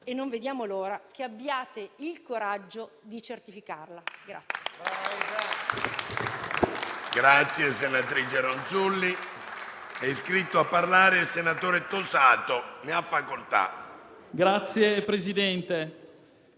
e non vediamo l'ora che abbiate il coraggio di certificarla.